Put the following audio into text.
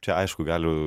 čia aišku gali